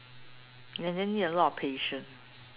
and then need a lot of patience